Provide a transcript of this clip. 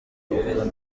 uko